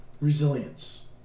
Resilience